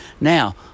now